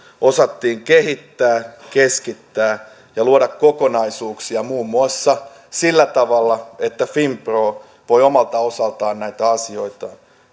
osattiin kehittää keskittää ja luoda kokonaisuuksia muun muassa sillä tavalla että finpro voi omalta osaltaan näitä asioita